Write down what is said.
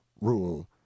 rule